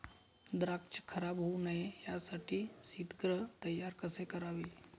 द्राक्ष खराब होऊ नये यासाठी शीतगृह तयार कसे करावे?